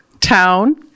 town